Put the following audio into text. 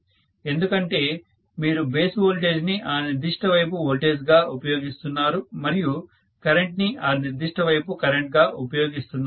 ఎందుకంటే మీరు base voltage ని ఆ నిర్దిష్ట వైపు వోల్టేజ్ గా ఉపయోగిస్తున్నారు మరియు కరెంట్ ని ఆ నిర్దిష్ట వైపు కరెంట్ గా ఉపయోగిస్తున్నారు